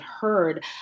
heard